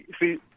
See